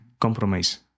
compromise